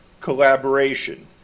Collaboration